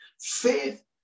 Faith